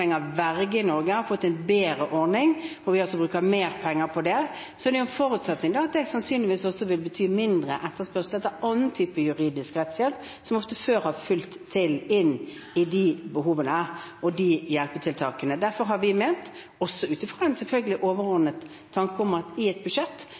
verge i Norge, har fått en bedre ordning, og hvor vi bruker mer penger på det – er det en forutsetning at det sannsynligvis også vil bety mindre etterspørsel etter annen type juridisk rettshjelp, som ofte før har fylt de behovene for hjelpetiltak. Derfor har vi ment – selvfølgelig også ut fra en